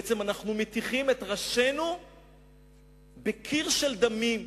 בעצם אנחנו מטיחים את ראשינו בקיר של דמים,